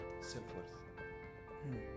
Self-worth